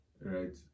right